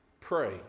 pray